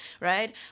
right